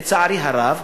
לצערי הרב,